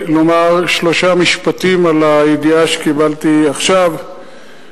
אני רוצה לומר שלושה משפטים על הידיעה שקיבלתי עכשיו,